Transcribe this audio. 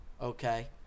Okay